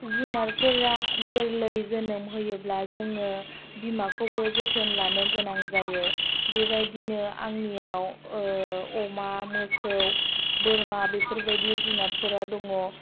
जुनारफोरा गोरलै जोनोम होयोब्ला जोङो बिमाखौबो जोथोन लानो गोनां जायो बेबायदिनो आंनियाव अमा मोसौ बोरमा बेफोरबायदि जुनातफोरा दङ